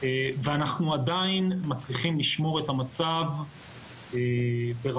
ואנחנו עדיין מצליחים לשמור את המצב ברמה,